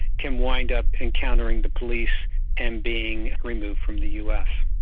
can wind up encountering the police and being removed from the us.